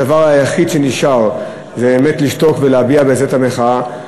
הדבר היחיד שנשאר זה באמת לשתוק ולהביע בזה את המחאה.